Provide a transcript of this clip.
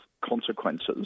consequences